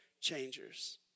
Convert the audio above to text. changers